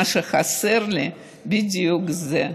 מה שחסר לי זה בדיוק זה,